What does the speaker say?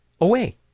away